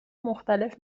مختلف